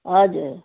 हजुर